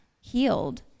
healed